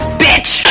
bitch